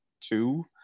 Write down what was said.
two